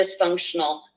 dysfunctional